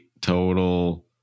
total